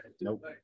Nope